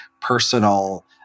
personal